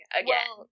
again